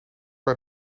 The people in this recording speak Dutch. bij